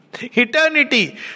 Eternity